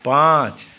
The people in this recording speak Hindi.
पाँच